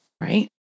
Right